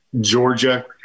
Georgia